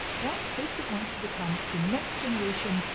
well, facebook wants to become the next generation,